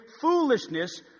foolishness